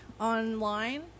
online